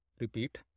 repeat